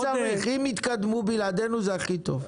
אם יתקדמו בלעדינו, זה הכי טוב.